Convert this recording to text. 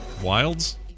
Wilds